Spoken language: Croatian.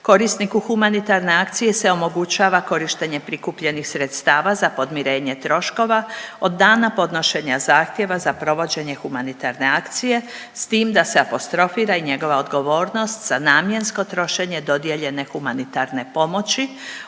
Korisniku humanitarne akcije se omogućava korištenje prikupljenih sredstava za podmirenje troškova od dana podnošenja zahtjeva za provođenje humanitarne akcije s tim da se apostrofira i njegova odgovornost za namjensko trošenje dodijeljene humanitarne pomoći,